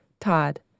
Todd